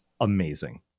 amazing